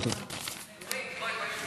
תודה רבה.